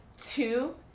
two